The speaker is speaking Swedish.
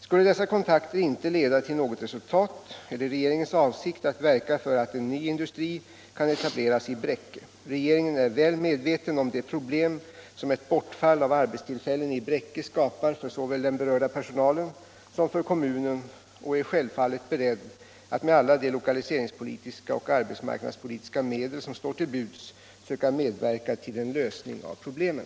Skulle dessa kontakter inte leda till något resultat är det regeringens avsikt att verka för att en ny industri kan etableras i Bräcke. Regeringen är väl medveten om de problem som ett bortfall av arbetstillfällen i Bräcke skapar för såväl den berörda personalen som kommunen och är självfallet beredd att med alla de lokaliseringspolitiska och arbetsmarknadspolitiska medel som står till buds söka medverka till en lösning av problemen.